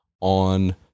on